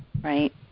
right